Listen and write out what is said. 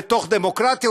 בדמוקרטיה,